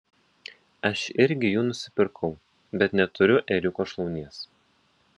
aš irgi jų nusipirkau bet neturiu ėriuko šlaunies